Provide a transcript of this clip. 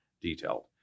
detailed